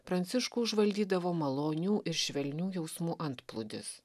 pranciškų užvaldydavo malonių ir švelnių jausmų antplūdis